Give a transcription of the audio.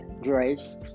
grace